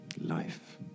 life